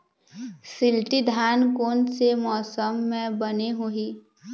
शिल्टी धान कोन से मौसम मे बने होही?